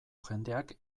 jendeak